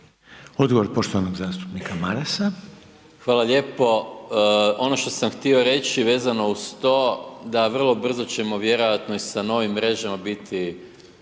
Odgovor poštovanog zastupnika Marasa. **Maras, Gordan (SDP)** Hvala lijepo. Ono što sam htio reći vezano uz to, da vrlo brzo ćemo vjerojatno i sa novim mrežama biti